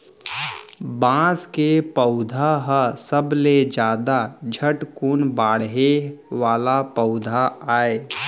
बांस के पउधा ह सबले जादा झटकुन बाड़हे वाला पउधा आय